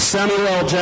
Samuel